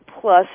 plus